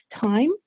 time